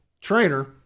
trainer